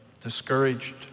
discouraged